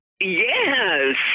Yes